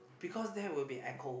because there will be echo